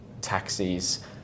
taxis